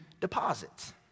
deposits